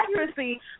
accuracy